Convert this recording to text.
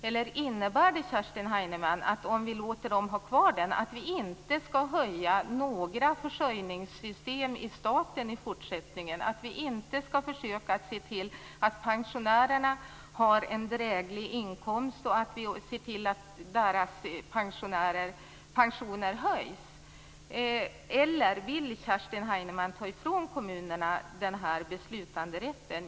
Eller innebär det, Kerstin Heinemann, om vi låter dem ha kvar den, att vi inte skall höja några ersättningar från staten i försörjningssystem i fortsättningen, att vi inte skall försöka att se till att pensionärerna har en drägliga inkomst och att deras pensioner höjs? Vill Kerstin Heinemann ta ifrån kommunerna denna beslutanderätt?